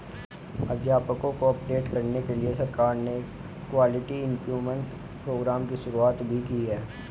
अध्यापकों को अपडेट करने के लिए सरकार ने क्वालिटी इम्प्रूव्मन्ट प्रोग्राम की शुरुआत भी की है